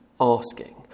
asking